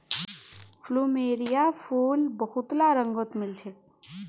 plumeria फूल बहुतला रंगत मिल छेक